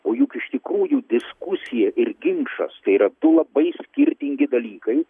o juk iš tikrųjų diskusija ir ginčas tai yra du labai skirtingi dalykai